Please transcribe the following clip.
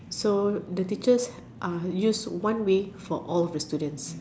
so the teachers are used one way for all the students